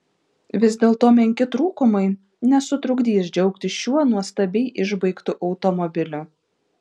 vis dėlto menki trūkumai nesutrukdys džiaugtis šiuo nuostabiai išbaigtu automobiliu